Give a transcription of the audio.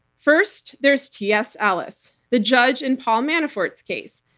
first, there's t. s. ellis, the judge in paul manafort's case,